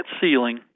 ceiling